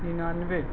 ننانوے